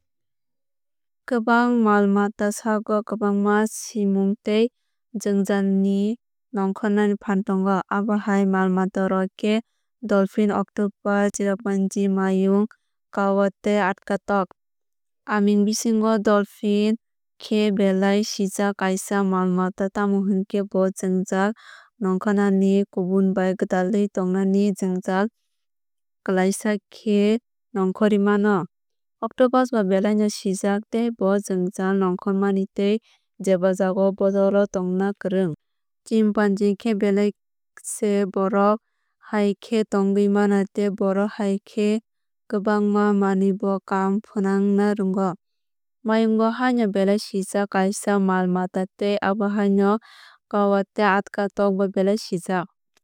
Kwbang mal matasago kwbangma simung tei jwngjal ni nongkhornani fan tongo. Abo hai mal mata rok khe dolphin octopus chimpanzee mayung kaowa tei atka tok. Amoni bisingo dolphin khe belai sijak kaisa mal mata tamo hinkhe bo jwngjal nongkhornani kubun bai gwdalwui tongnani jwngjal klaisa khe nongkhorwui mano. Octopus bo belai no sijak tei bo bo jwngjal nongkhor nani tei jeba jagao bodol o tongna kwrwng. Chimpanzee khe belai se borok hai khe tongwui mano tei borok hai khe kwbangma manwui no kaam fwnang na rwngo. Mayung bo haino belai sijak kaisa mal mata tei abo haino kaowa tei atka tok bo belai sijak.